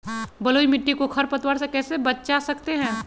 बलुई मिट्टी को खर पतवार से कैसे बच्चा सकते हैँ?